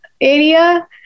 area